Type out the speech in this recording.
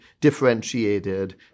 differentiated